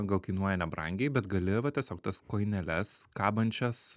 gal kainuoja nebrangiai bet gali va tiesiog tas kojinėles kabančias